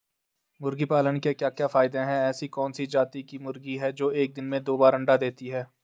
मुर्गी पालन के क्या क्या फायदे हैं ऐसी कौन सी जाती की मुर्गी है जो एक दिन में दो बार अंडा देती है?